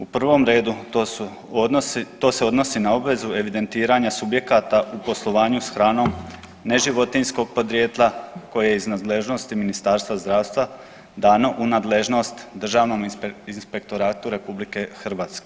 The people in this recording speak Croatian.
U prvom redu to su odnosi, to se odnosi na obvezu evidentiranja subjekata u poslovanju s hranom neživotinjskog podrijetla koje je iz nadležnosti Ministarstva zdravstva dano u nadležnost Državnom inspektoratu RH.